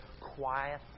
quiet